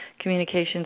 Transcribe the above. communications